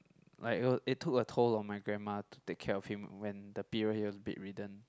like uh it took a toll on my grandma to take care of him when the period he was bedridden